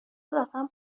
ازم